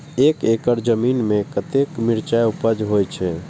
एक एकड़ जमीन में कतेक मिरचाय उपज होई छै?